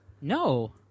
No